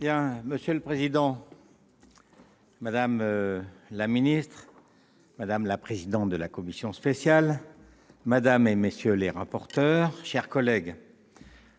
Monsieur le président, madame la secrétaire d'État, madame la présidente de la commission spéciale, madame, messieurs les rapporteurs, mes chers collègues,